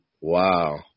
Wow